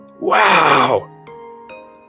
wow